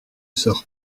sors